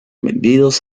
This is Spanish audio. vendidos